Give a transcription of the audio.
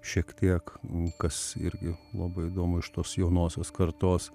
šiek tiek kas irgi labai įdomu iš tos jaunosios kartos